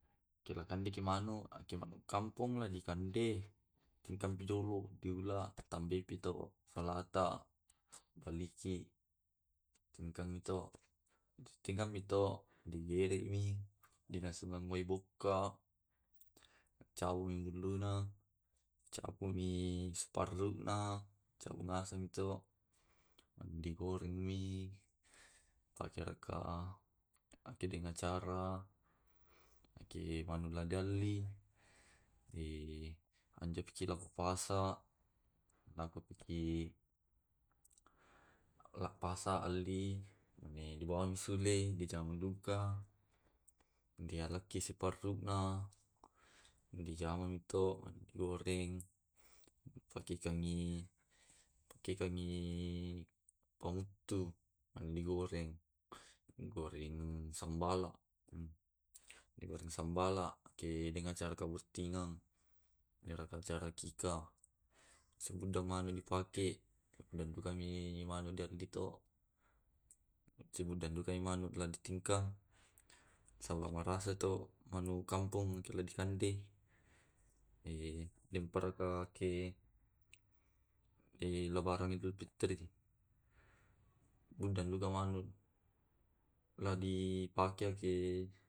Ke lakandeki manu ake manu kampong la dikande, tentampi jolo de ula tambaipi to solata, Baliki tingkang mi to, tingkang mi to dileremi. Dinasungan wae bokka, cau mi hulluna. Cappumi sparruna, cabu ngaseng mi to. Mani digoreng mi, pake raka akedeng acara. Ake manu la dalli enjo pi cina ko pasa, lako paki la pasa alli li bawa mi sule, dijamai duka dialakki isi parruna. Dijamami to mani di goreng, di pakekangi pakekangi ih pammuttu, mane di goreng. Goreng sambala, digoreng sambala pake deng acara kabuttingeng, iyarega acara akikah. Segudda manu di pake dandukami manu di alli to, sibididukang manu lao ditingkang, saba marasa to manu kampong eki lao dikande. Denpa raka ke e lebaran idul fitri, den duka manu lao dipake